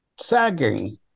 sagging